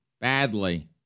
badly